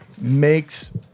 makes